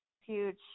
huge